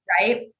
Right